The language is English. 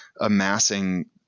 amassing